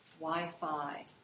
Wi-Fi